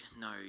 no